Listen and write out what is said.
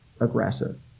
aggressive